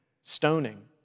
stoning